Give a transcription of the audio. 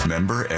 Member